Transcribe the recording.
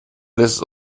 lässt